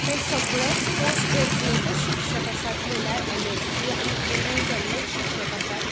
ते सगळेंच पोस्ट ग्रॅज्यूएटच शिक्षक आसात म्हणल्यार एमएसी एम ए केल्ले शिक्षक आसात